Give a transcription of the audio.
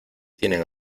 tienen